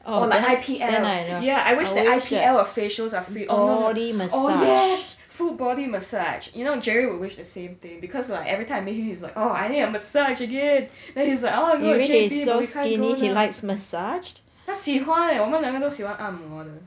or like I_P_L yeah I wish that I_P_L or facials are free oh no no oh yes full body massage you know jerry would wish the same thing because like everytime I meet him he's like oh I need a massage again then he's like oh no it can't be but we can't go now 他喜欢我们两个都喜欢按摩的